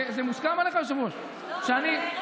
זה מוסכם עליך, היושב-ראש?